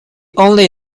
only